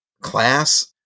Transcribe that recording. class